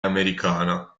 americana